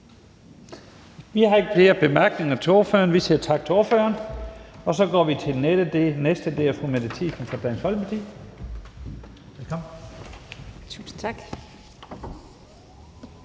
Vi har ikke flere korte bemærkninger til ordføreren. Vi siger tak til ordføreren, og så går vi til den næste. Det er fru Mette Thiesen fra Dansk Folkeparti. Velkommen. Kl.